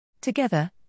Together